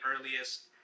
earliest